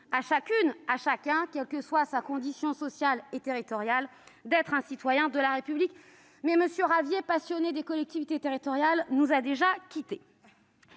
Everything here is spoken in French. à chacune et à chacun, quelle que soit sa condition sociale et territoriale, d'être un citoyen de la République. Je note d'ailleurs que M. Ravier, bien que passionné par les collectivités territoriales, nous a déjà quittés